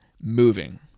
moving